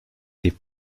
des